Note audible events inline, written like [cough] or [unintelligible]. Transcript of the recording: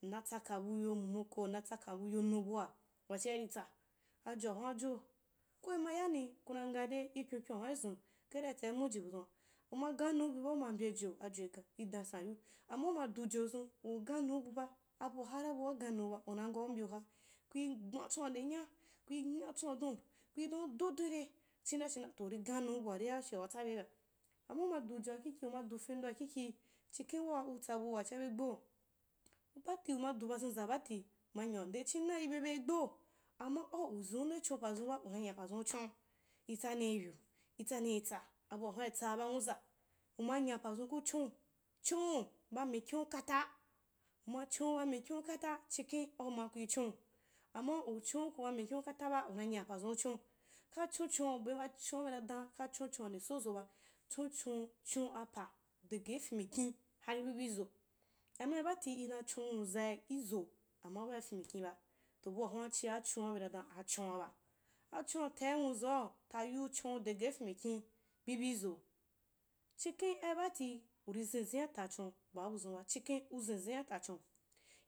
Ntsaka buy o momoko ntsaka buy o na bua, wachia iritsa ajohunajo, koima yani kuna nga dei ikyonkyon’ahuna izun karia itsai muji buzuanba, uma ganiubu ba uma mbejo ajoi [unintelligible] idan sa yiu amma uma du jo zun u ganiu buba abua hara abu a uganeu una ngau mbyene una ngau mbyeuha, kui gbantswau ndenya, ku ngatswau don ku da nudo don ire, china china toh uri ganiu buaria rye waa utsa beiba amma uma du joa kiki uma du kendo a kiki, chikhen waa utsa bua ryea begbeu umadu bazeza bati manyau ndechim nai yibe bei gbeu, amma au uzenu nde chonpazumba unanya itsannitsa abua huria tsaaba nwuza, umaya oazun ku chon’v ba mikin u kata uma chonu ba mikin u kara chikhen auma kui choni amma uchonuku ba mukau kataba unanya pazun uchoniu ka chochonbe achonia bena dana ka chonchona udeso zoba chonchon chon apa dagai, fen mikin hari bibi izo amma ai baati ina chon nwuzai izo amma bai fen mikinba oh bua hna chia choria bena dan achonaba, achon’a tai nwuzau tayiu dagai en mikin bibi izo chikhen ai bati uri zenzinia tachon baa buzunba chikhen u zenzia’a technon,